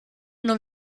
non